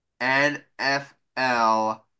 NFL